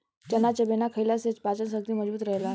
चना चबेना खईला से पाचन शक्ति मजबूत रहेला